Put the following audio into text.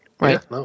Right